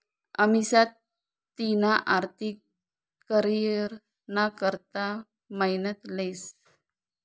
अमिषा तिना आर्थिक करीयरना करता मेहनत लेस